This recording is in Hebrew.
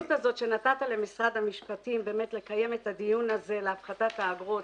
שנתת למשרד המשפטים לקיים את הדיון הזה להפחתת האגרות,